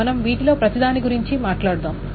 మనం వీటిలో ప్రతిదాని గురించి మాట్లాడుతాము